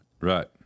Right